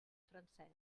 francès